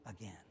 again